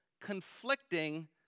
conflicting